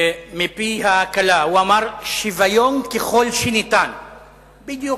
מפי הכלה, הוא אמר: "שוויון ככל שניתן", בדיוק,